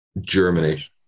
Germany